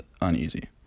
uneasy